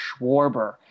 Schwarber